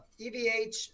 evh